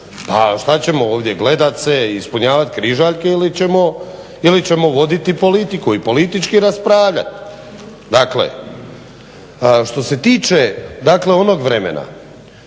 pa šta ćemo ovdje gledat se i ispunjavati križaljke ili ćemo voditi politiku i politički raspravljati. Što se tiče onog vremena,